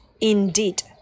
indeed